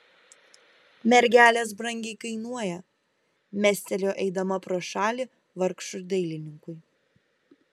mergelės brangiai kainuoja mestelėjo eidama pro šalį vargšui dailininkui